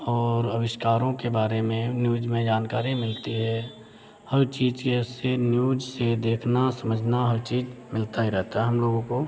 और अविष्कारों के बारे में न्यूज़ में जानकारी मिलती है हर चीज़ के उससे न्यूज़ से देखना समझना हर चीज़ मिलता ही रहता हम लोगों को